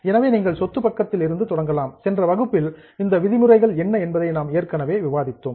எனவே நீங்கள் சொத்து பக்கத்தில் இருந்து தொடங்கலாம் சென்ற வகுப்பில் இந்த விதிமுறைகள் என்ன என்பதை நாம் ஏற்கனவே விவாதித்தோம்